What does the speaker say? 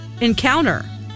encounter